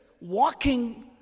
walking